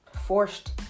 forced